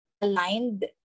aligned